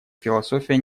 философия